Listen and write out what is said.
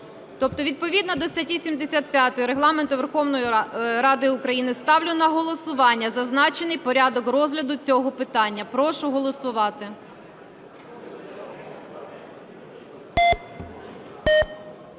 Тобто відповідно до статті 75 Регламенту Верховної Ради України ставлю на голосування зазначений порядок розгляду цього питання. Прошу голосувати.